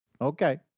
Okay